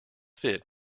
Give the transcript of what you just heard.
fit